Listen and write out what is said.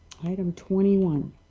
um twenty one.